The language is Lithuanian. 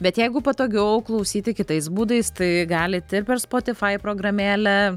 bet jeigu patogiau klausyti kitais būdais tai galit ir per spotify programėlę